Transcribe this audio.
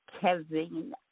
Kevin